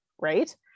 right